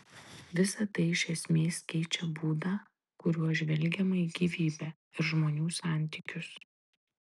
visa tai iš esmės keičia būdą kuriuo žvelgiama į gyvybę ir žmonių santykius